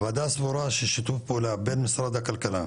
הוועדה סבורה ששיתוף פעולה בין משרד הכלכלה,